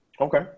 Okay